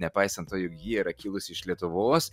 nepaisant to jog ji yra kilusi iš lietuvos